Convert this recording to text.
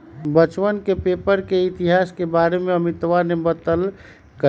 बच्चवन के पेपर के इतिहास के बारे में अमितवा ने बतल कई